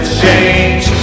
change